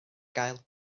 gael